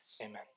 Amen